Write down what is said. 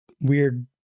weird